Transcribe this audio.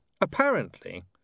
Apparently